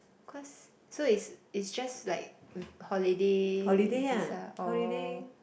cause so it's it's just like with holiday visa or